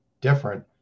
different